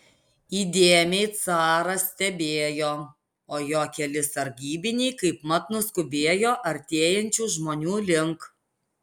įdėmiai caras stebėjo o jo keli sargybiniai kaipmat nuskubėjo artėjančių žmonių link